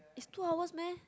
is two hours meh